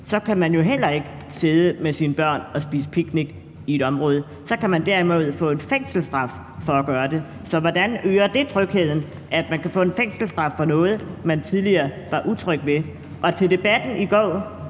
kan man jo heller ikke sidde med sine børn og spise picnic i et bestemt område. Så kan man derimod få en fængselsstraf for at gøre det. Så hvordan øger det trygheden, at man kan få en fængselsstraf for noget, man tidligere var utryg ved? Til debatten i går